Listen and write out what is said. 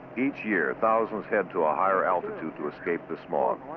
each year, thousands head to a higher altitude to escape the smog.